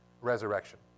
resurrection